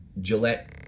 Gillette